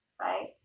right